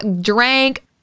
drank